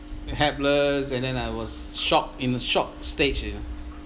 helpless and then I was shocked in a shocked stage you know